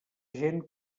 gent